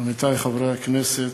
עמיתי חברי הכנסת,